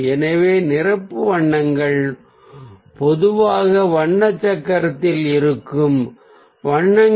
எனவே நிரப்பு வண்ணங்கள் பொதுவாக வண்ண சக்கரத்தில் ஒன்றுக்கொன்று எதிர்த்து உட்கார்ந்திருக்கும் வண்ணங்கள்